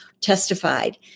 testified